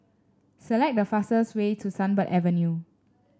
select the fastest way to Sunbird Avenue